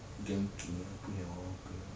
genki 我不要我不要